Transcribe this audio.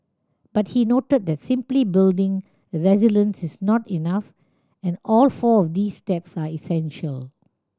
but he noted that simply building resilience is not enough and all four of these steps are essential